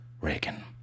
Reagan